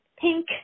Pink